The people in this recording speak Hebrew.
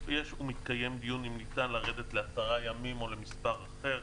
מתקיים דיון אם ניתן לרדת לעשרה ימים או למספר אחר.